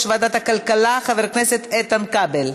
ועדת הכלכלה חבר הכנסת איתן כבל.